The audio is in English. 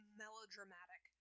melodramatic